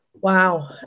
Wow